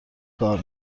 کار